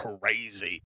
crazy